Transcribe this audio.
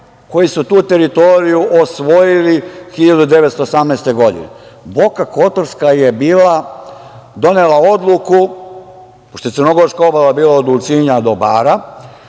koji su tu teritoriju osvojili 1918. godine. Boka Kotorska je bila donela odluku, pošto je crnogorska obala bila od Ulcinja do Bara,